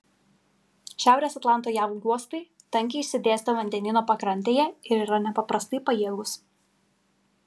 šiaurės atlanto jav uostai tankiai išsidėstę vandenyno pakrantėje ir yra nepaprastai pajėgūs